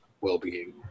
well-being